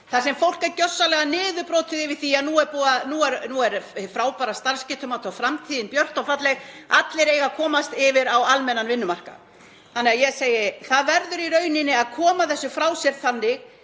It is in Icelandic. þar sem fólk er gjörsamlega niðurbrotið yfir því að nú er það hið frábæra starfsgetumat og framtíðin björt og falleg, allir eiga að komast yfir á almennan vinnumarkað. Það verður í rauninni að koma þessu frá sér þannig